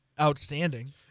outstanding